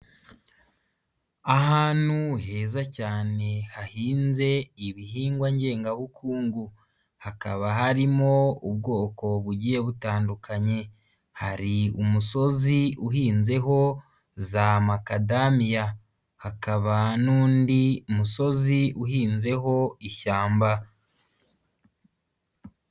Ahantu heza cyane hahinze ibihingwa ngengabukungu, hakaba harimo ubwoko bugiye butandukanye, hari umusozi uhinzeho za makadamiya, hakaba n'undi musozi uhinzeho ishyamba.